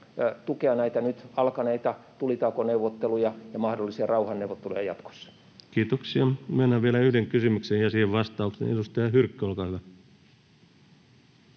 tukea näitä nyt alkaneita tulitaukoneuvotteluja ja mahdollisia rauhanneuvotteluja jatkossa. Kiitoksia. — Myönnän vielä yhden kysymyksen ja siihen vastauksen. — Edustaja Hyrkkö, olkaa hyvä.